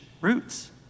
roots